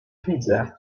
widzę